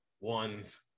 ones